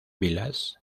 village